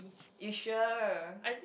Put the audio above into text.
you sure